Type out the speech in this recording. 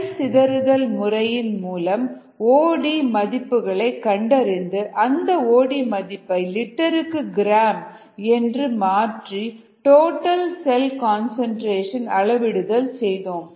செல் சிதறுதல் முறையின் மூலம் ஓ டி மதிப்புகள் கண்டறிந்து அந்த ஓடி மதிப்பை லிட்டருக்கு கிராம் என்று மாற்றி டோட்டல் செல் கன்சன்ட்ரேஷன் அளவிடுதல் செய்தோம்